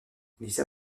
lisa